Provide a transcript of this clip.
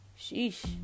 sheesh